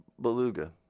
Beluga